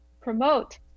promote